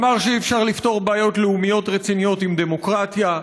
אמר שאי-אפשר לפתור בעיות לאומיות רציניות עם דמוקרטיה,